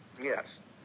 Yes